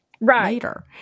later